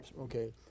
okay